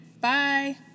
bye